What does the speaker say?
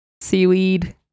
seaweed